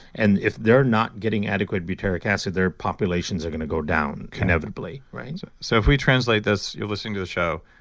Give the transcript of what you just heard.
and if they're not getting adequate butyric acid, their populations are going to go down inevitably so so if we translate this, you're listening to the show,